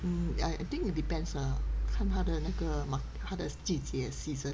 mm I I think it depends ah 看他的那个 ma~ 它的季节 season